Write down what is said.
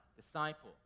disciple